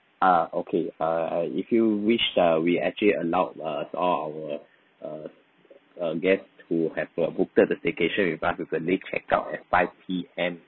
ah okay uh uh if you wish uh we actually allowed uh all our uh uh guest who have uh booked the staycation with us with the late check out at five P_M